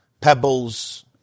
pebbles